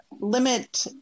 limit